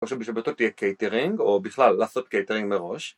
או בשבתות יהיה קייטרינג, או בכלל לעשות קייטרינג מראש...